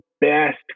best